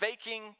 faking